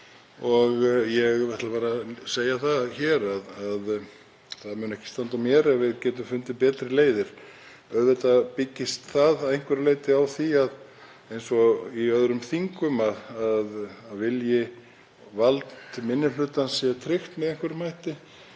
og ég ætla bara að segja það hér að það mun ekki standa á mér ef við getum fundið betri leiðir. Auðvitað byggist það að einhverju leyti á því, eins og í öðrum þingum, að vilji og vald minni hlutans sé tryggt með einhverjum hætti,